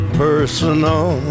personal